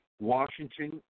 Washington